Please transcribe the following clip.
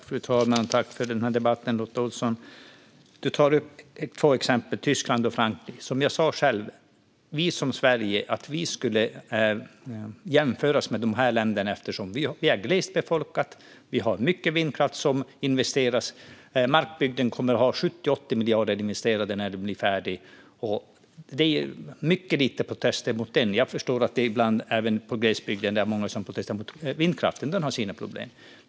Fru talman! Tack för debatten, Lotta Olsson! Du tar upp två exempel, Tyskland och Frankrike. Som jag sa kan Sverige inte jämföras med de länderna, eftersom vi är ett glesbefolkat land. Det investeras mycket i vindkraft; det kommer att ha investerats 70-80 miljarder i Markbygden när det är färdigt, och det är mycket lite protester mot det. Jag förstår att det ibland är många som protesterar mot vindkraft i glesbygden, och vindkraften har sina problem.